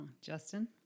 Justin